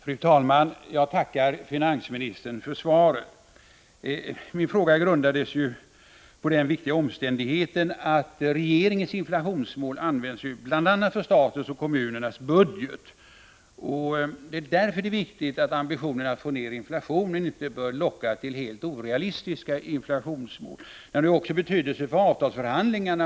Fru talman! Jag tackar finansministern för svaret. Min fråga grundades på den viktiga omständigheten att regeringens inflationsmål bl.a. används för statens och kommunernas budget. Därför är det viktigt att ambitionen att få ner inflationen inte bör locka till helt orealistiska inflationsmål. Inflationsmålen har också betydelse för avtalsförhandlingarna.